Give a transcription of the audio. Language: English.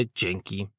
dzięki